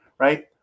right